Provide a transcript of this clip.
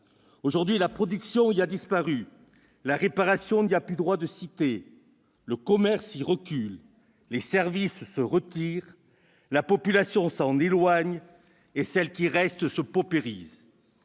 Aujourd'hui, la production y a disparu, la réparation n'y a plus droit de cité, le commerce y recule, les services se retirent, la population s'en éloigne et celle qui reste se paupérise.